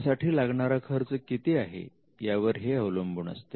यासाठी लागणारा खर्च किती आहे यावर हे अवलंबून असते